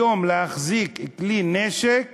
היום להחזיק כלי נשק